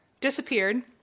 disappeared